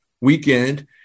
weekend